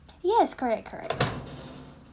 yes correct correct